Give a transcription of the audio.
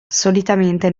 solitamente